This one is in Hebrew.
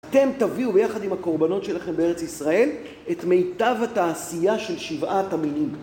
אתם תביאו ביחד עם הקורבנות שלכם בארץ ישראל את מיטב התעשייה של שבעת המינים.